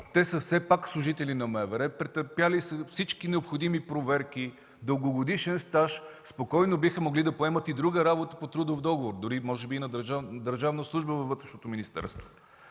Те са служители на МВР, претърпели са всички необходими проверки, имат дългогодишен стаж и спокойно биха могли да поемат и друга работа по трудов договор, дори може би и на държавна служба във Вътрешното министерство.